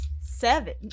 seven